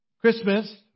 Christmas